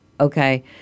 Okay